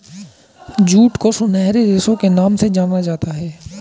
jute को सुनहरे रेशे के नाम से जाना जाता है